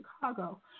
Chicago